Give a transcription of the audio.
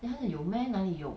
then 他讲有 meh 哪里有